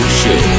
show